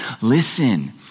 listen